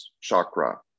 chakra